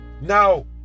Now